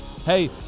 Hey